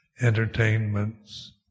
entertainments